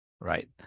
right